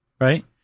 right